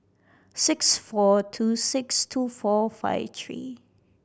six four two six two four five three